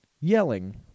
yelling